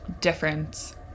difference